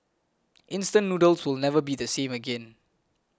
instant noodles will never be the same again